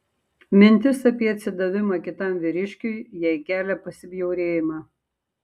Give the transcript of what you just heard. mintis apie atsidavimą kitam vyriškiui jai kelia pasibjaurėjimą